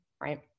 right